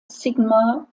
sigma